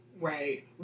right